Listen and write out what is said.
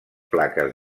plaques